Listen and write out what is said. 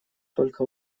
только